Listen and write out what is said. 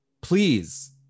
please